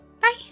bye